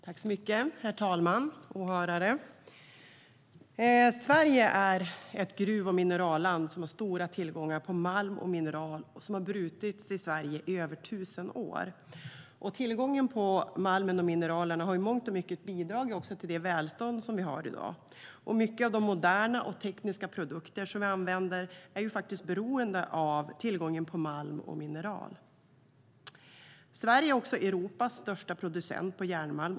Herr ålderspresident! Åhörare! Sverige är ett gruv och mineralland som har stora tillgångar på malm och mineral, som har brutits i Sverige i över 1 000 år. Tillgången på malmen och mineralerna har i mångt och mycket bidragit till det välstånd som vi har i dag. Mycket av de moderna och tekniska produkter som vi använder är beroende av tillgången på malm och mineral. Sverige är Europas största producent av järnmalm.